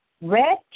Red